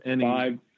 five